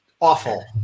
awful